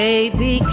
Baby